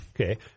Okay